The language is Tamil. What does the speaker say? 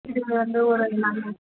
இது வந்து ஒரு நானூறு